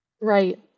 right